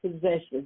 possession